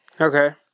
Okay